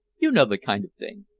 you know the kind of thing.